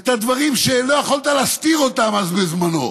את הדברים שלא יכולת להסתיר אותם אז, בזמנו.